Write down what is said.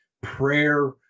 prayer